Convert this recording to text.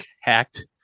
hacked